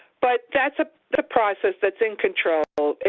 but that's a process that's in control.